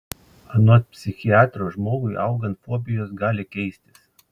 anot psichiatro žmogui augant fobijos gali keistis